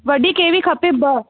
वॾी केवी खपे ॿ